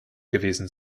gewesen